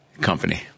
company